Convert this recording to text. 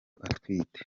atwite